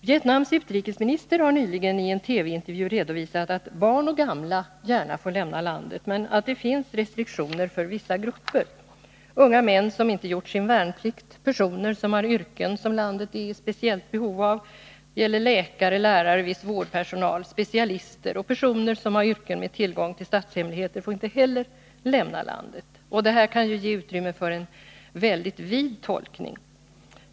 Vietnams utrikesminister har nyligen i en TV-intervju redovisat att barn och gamla gärna får lämna landet men att det finns restriktioner för vissa grupper. Unga män som inte gjort sin värnplikt, personer som har yrken som landet är i speciellt behov av — t.ex. läkare, lärare, viss vårdpersonal och specialister — och personer med yrken där man har tillgång till statshemligheter får inte lämna landet. Detta kan ge utrymme för en väldigt vid tolkning.